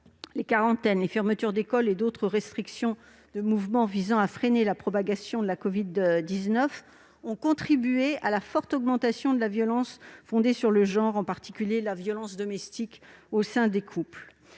Les quarantaines, les fermetures d'écoles et d'autres restrictions de mouvements visant à freiner la propagation de la covid-19 ont contribué à la forte augmentation de la violence fondée sur le genre, en particulier la violence domestique au sein des couples.